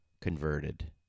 converted